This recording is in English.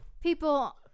people